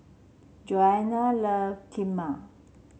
Joanna love Kheema